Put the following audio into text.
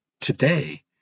today